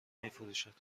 میفروشد